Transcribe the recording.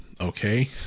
okay